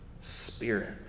spirit